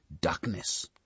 darkness